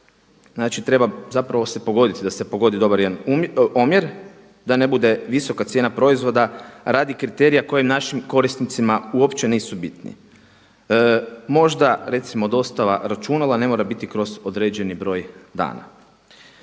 Znači treba zapravo se pogoditi da se pogodi dobar jedan omjer, da ne bude visoka cijena proizvoda radi kriterija koji našim korisnicima uopće nisu bitni. Možda recimo dostava računala ne mora biti kroz određeni broj dana.